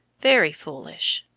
very foolish.